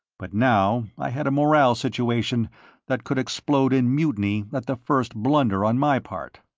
but now i had a morale situation that could explode in mutiny at the first blunder on my part.